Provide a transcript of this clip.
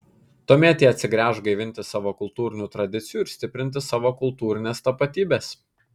tuomet jie atsigręš gaivinti savo kultūrinių tradicijų ir stiprinti savo kultūrinės tapatybės